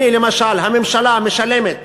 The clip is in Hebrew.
הנה, למשל, הממשלה משלמת